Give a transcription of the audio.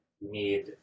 need